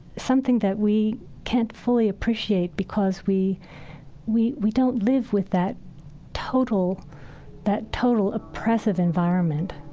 something that we can't fully appreciate because we we we don't live with that total that total oppressive environment